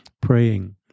Praying